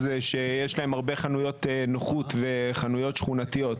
שיש להם הרבה חנויות נוחות וחנויות שכונתיות.